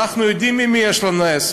אנחנו יודעים עם מי יש לנו עסק.